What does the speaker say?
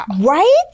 Right